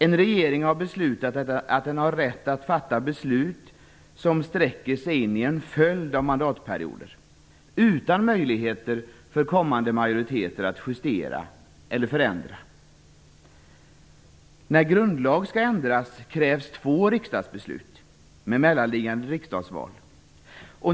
En regering har beslutat att den har rätt att fatta beslut, som sträcker sig över en följd av mandatperioder, utan möjligheter för kommande majoriteter att justera eller förändra. När grundlag skall ändras krävs två riksdagsbeslut med mellanliggande riksdagsval.